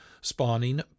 spawning